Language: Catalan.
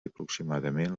aproximadament